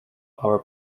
are